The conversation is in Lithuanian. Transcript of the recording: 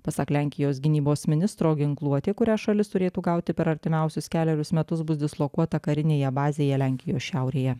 pasak lenkijos gynybos ministro ginkluotė kurią šalis turėtų gauti per artimiausius kelerius metus bus dislokuota karinėje bazėje lenkijos šiaurėje